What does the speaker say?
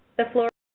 the floor